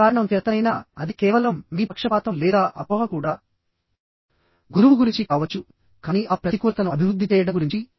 ఏ కారణం చేతనైనా అది కేవలం మీ పక్షపాతం లేదా అపోహ కూడా గురువు గురించి కావచ్చుకానీ ఆ ప్రతికూలతను అభివృద్ధి చేయడం గురించి